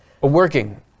Working